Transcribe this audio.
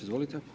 Izvolite.